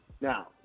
Now